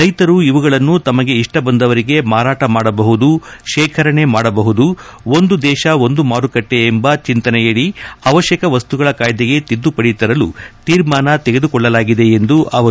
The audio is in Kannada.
ರೈತರು ಇವುಗಳನ್ನು ತಮಗೆ ಇಷ್ಟಬಂದವರಿಗೆ ಮಾರಾಟ ಮಾಡಬಹುದು ಶೇಖರಣೆ ಮಾಡಬಹುದು ಒಂದು ದೇಶ ಒಂದು ಮಾರುಕಟ್ಟೆ ಎಂಬ ಚೆಂತನೆಯಡಿ ಅವಶ್ಯಕ ವಸ್ತುಗಳ ಕಾಯ್ದೆಗೆ ತಿದ್ದುಪಡಿ ತರಲು ತೀರ್ಮಾನ ತೆಗೆದುಕೊಳ್ಳಲಾಗಿದೆ ಎಂದರು